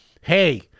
hey